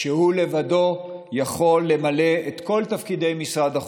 שהוא לבדו יכול למלא את כל תפקידי משרד החוץ,